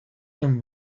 them